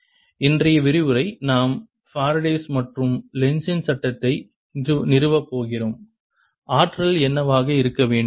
Energy120E2 இன்றைய விரிவுரை நாம் ஃபாரடேஸ் மற்றும் லென்ஸின் Lenz's சட்டத்தை நிறுவப் போகிறோம் ஆற்றல் என்னவாக இருக்க வேண்டும்